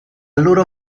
loro